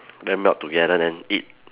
then melt together then eat